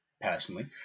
personally